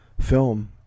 film